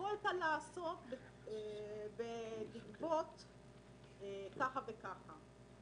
יכולת לגבות ככה וככה.